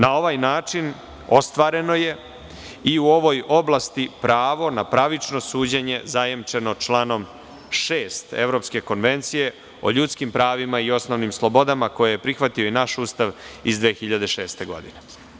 Na ovaj način ostvareno je i u ovoj oblasti pravo na pravično suđenje zajemčeno članom 6. Evropske konvencije o ljudskim pravima i osnovnim slobodama koje je prihvatio i naš Ustav iz 2006. godine.